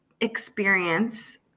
experience